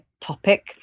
topic